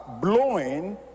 blowing